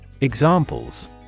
Examples